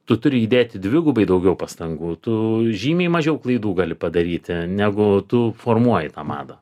tu turi įdėti dvigubai daugiau pastangų tu žymiai mažiau klaidų gali padaryti negu tu formuoji tą madą